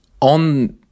On